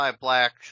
Black